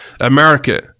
America